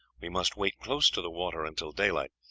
we must wait close to the water until daylight.